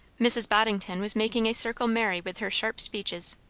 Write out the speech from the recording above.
mrs. boddington was making a circle merry with her sharp speeches.